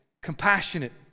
compassionate